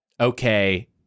okay